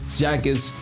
jackets